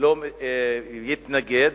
לא יתנגד",